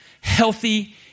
healthy